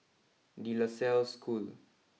De La Salle School